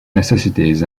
necessities